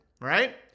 right